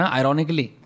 ironically